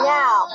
now